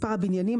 מספר הבניינים,